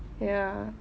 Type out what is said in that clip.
ya